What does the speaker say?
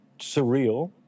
surreal